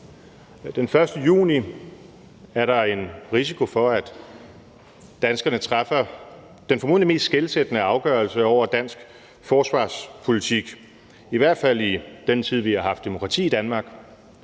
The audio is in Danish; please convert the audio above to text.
Den 1. juni er der en risiko for, at danskerne træffer den formodentlig mest skelsættende afgørelse over dansk forsvarspolitik, i hvert fald i den tid, vi har haft demokrati i Danmark,